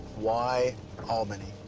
why albany?